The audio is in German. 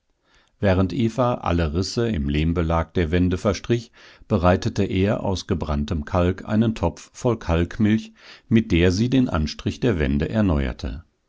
während eva alle risse im lehmbelag der wände verstrich bereitete er aus gebranntem kalk einen topf voll